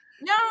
No